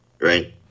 Right